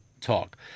talk